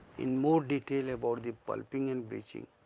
in more detail about the pulping and bleaching,